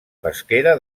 pesquera